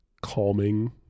calming